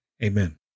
Amen